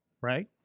Right